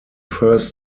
first